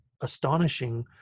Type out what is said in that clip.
astonishing